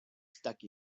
stuck